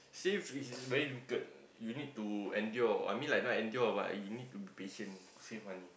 save which is very difficult you need to endure I mean like not endure but you need to be patient to save money